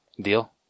Deal